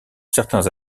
certains